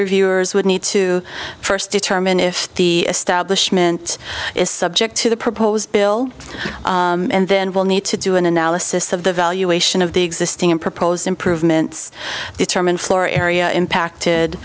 reviewers would need to first determine if the establishment is subject to the proposed bill and then we'll need to do an analysis of the valuation of the existing and proposed improvements determine floor area impacted